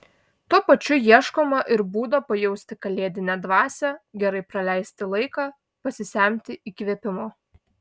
tuo pačiu ieškoma ir būdo pajausti kalėdinę dvasią gerai praleisti laiką pasisemti įkvėpimo